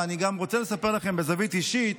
ואני גם רוצה לספר לכם מהזווית אישית